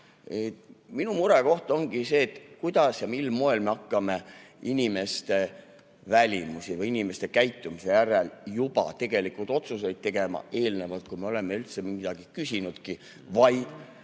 Minu murekoht ongi see, kuidas, mil moel me hakkame inimeste välimuse või inimeste käitumise järgi otsuseid tegema eelnevalt, kui me pole midagi küsinudki, vaid